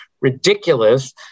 ridiculous